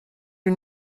you